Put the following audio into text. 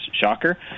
shocker